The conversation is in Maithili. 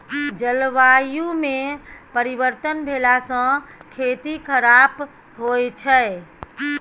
जलवायुमे परिवर्तन भेलासँ खेती खराप होए छै